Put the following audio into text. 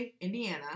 Indiana